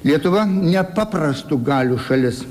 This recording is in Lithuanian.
lietuva nepaprastų galių šalis